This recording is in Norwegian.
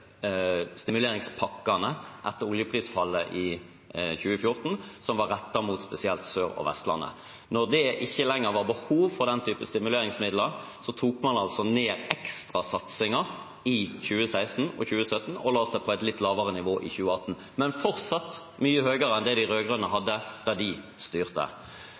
stimuleringspakkene etter oljeprisfallet i 2014, som var rettet mot spesielt Sør- og Vestlandet. Da det ikke lenger var behov for den typen stimuleringsmidler, tok man altså ned ekstrasatsingen fra 2016 og 2017 og la seg på et litt lavere nivå i 2018. Men det er fortsatt mye høyere enn det de rød-grønne hadde da de styrte.